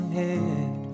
head